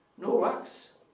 no rocks.